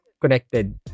connected